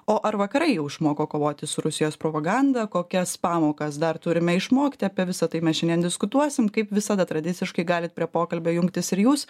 o ar vakarai jau išmoko kovoti su rusijos propaganda kokias pamokas dar turime išmokti apie visa tai mes šiandien diskutuosim kaip visada tradiciškai galit prie pokalbio jungtis ir jūs